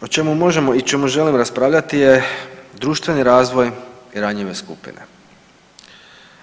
Još o čemu možemo i čemu želim raspravljati je društveni razvoj i ranjive skupine,